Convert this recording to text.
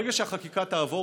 ברגע שהחקיקה תעבור,